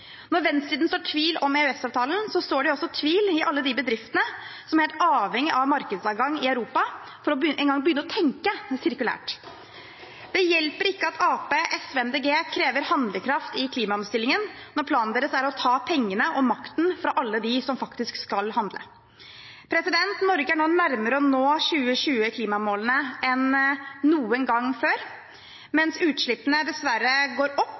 Når venstresiden sår tvil om EØS-avtalen, sår de også tvil i alle de bedriftene som er avhengige av markedsadgang i Europa, om de engang vil begynne å tenke sirkulært. Det hjelper ikke at Arbeiderpartiet, SV og Miljøpartiet De Grønne krever handlekraft i klimaomstillingen når planen deres er å ta pengene og makten fra alle dem som faktisk skal handle. Norge er nå nærmere å nå 2020-klimamålene enn noen gang før. Mens utslippene dessverre går opp